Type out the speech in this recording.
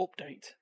update